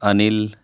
انل